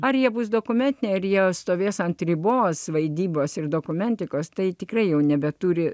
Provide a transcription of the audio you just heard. ar jie bus dokumetiniai ar jie stovės ant ribos vaidybos ir dokumentikos tai tikrai jau nebeturi